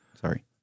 Sorry